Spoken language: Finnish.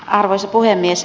arvoisa puhemies